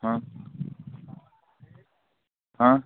हाँ हाँ